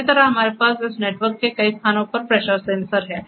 इसी तरह हमारे पास इस नेटवर्क के कई स्थानों पर प्रेशर सेंसर हैं